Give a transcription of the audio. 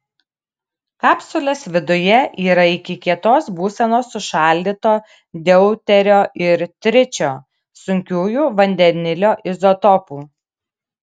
kapsulės viduje yra iki kietos būsenos sušaldyto deuterio ir tričio sunkiųjų vandenilio izotopų